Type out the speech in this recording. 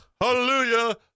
Hallelujah